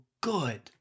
good